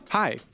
Hi